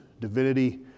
divinity